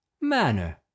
Manner